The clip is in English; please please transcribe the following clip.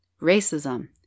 racism